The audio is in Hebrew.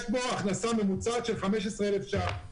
יש בו הכנסה ממוצעת של 15,000 ש"ח,